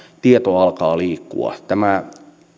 tieto alkaa liikkua tämä